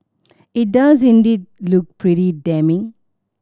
it does indeed look pretty damning